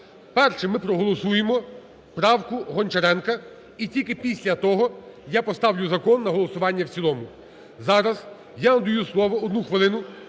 Перше. Ми проголосуємо правку Гончаренка і тільки після того я поставлю закон на голосування в цілому. Зараз я надаю слово одну хвилину,